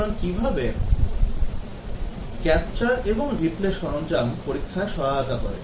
সুতরাং কীভাবে capture এবং replay সরঞ্জাম পরীক্ষায় সহায়তা করে